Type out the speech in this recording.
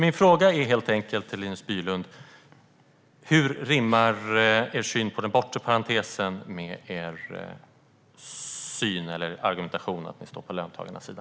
Min fråga till Linus Bylund är helt enkelt: Hur rimmar er syn på den bortre parentesen med er argumentation att ni står på löntagarnas sida?